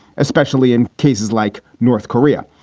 especially in cases like north korea.